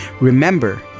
Remember